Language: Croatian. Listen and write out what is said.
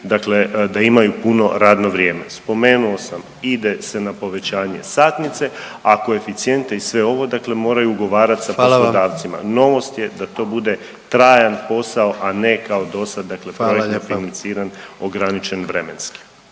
dakle da imaju puno radno vrijeme. Spomenuo sam ide se na povećanje satnice, a koeficijente i sve ovo dakle moraju ugovarat …/Upadica: Hvala vam./… sa poslodavcima. Novost je da to bude trajan posao, a ne kao dosad …/Upadica: Hvala lijepa./… dakle projektno financiran, ograničen vremenski.